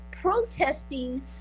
protesting